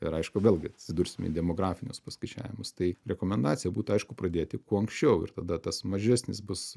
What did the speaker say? ir aišku vėlgi atsidursime į demografinius paskaičiavimus tai rekomendacija būtų aišku pradėti kuo anksčiau ir tada tas mažesnis bus